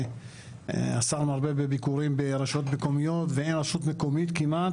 השר מרבה בביקורים ברשויות מקומיות ואין רשות מקומית כמעט